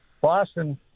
Boston